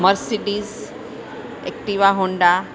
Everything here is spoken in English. Mercedes Activa Honda